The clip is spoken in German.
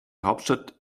hauptstadt